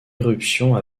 irruption